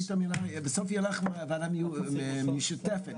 בסוף יהיה לך וועדת בריאות משותפת,